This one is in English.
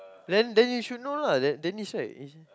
then then you should know lah then this side is